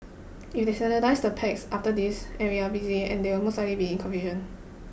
if they standardise the packs after this and we are busy and there will most likely be confusion